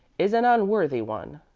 is an unworthy one.